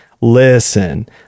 listen